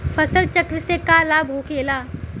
फसल चक्र से का लाभ होखेला?